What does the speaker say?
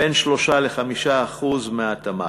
בין 3% ל-5% מהתמ"ג.